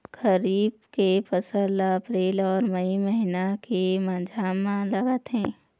खरीफ के फसल ला अप्रैल अऊ मई महीना के माझा म लगाथे